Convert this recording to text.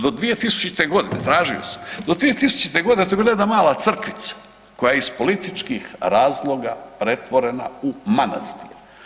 Do 2000. g., tražio sam, do 2000. g. to je bila jedna mala crkvica koja je iz političkih razloga pretvorena u manastir.